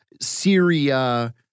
Syria